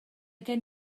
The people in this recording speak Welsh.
gen